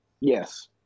Yes